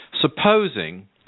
supposing